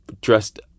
dressed